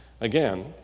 Again